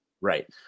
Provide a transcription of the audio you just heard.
right